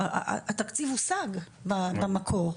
התקציב הושג במקור,